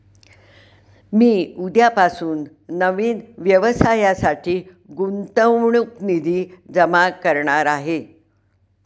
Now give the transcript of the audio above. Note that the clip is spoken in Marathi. मी उद्यापासून नवीन व्यवसायासाठी गुंतवणूक निधी जमा करणार आहे